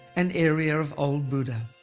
an area of old buda.